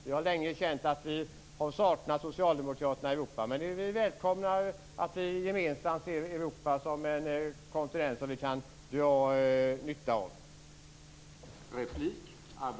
Vi har länge saknat socialdemokraterna i Europa, men vi välkomnar att vi nu gemensamt kan se Europa som en kontinent som vi kan dra nytta av.